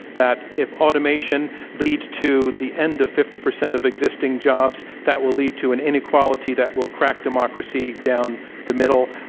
that if automation leads to the end of fifty percent of existing jobs, that will lead to an inequality that will crack democracy down the middle.